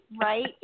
right